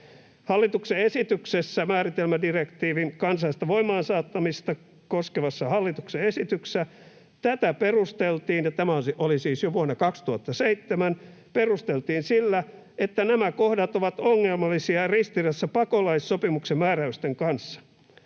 Suomessa käytäntöön? Määritelmädirektiivin kansallista voimaan saattamista koskevassa hallituksen esityksessä tätä perusteltiin sillä — ja tämä oli siis jo vuonna 2007 — että nämä kohdat ovat ongelmallisia ja ristiriidassa pakolaissopimuksen määräysten kanssa.